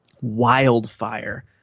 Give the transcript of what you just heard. wildfire